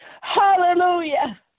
Hallelujah